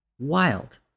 wild